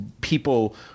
people